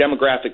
demographic